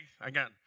again